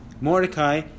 Mordecai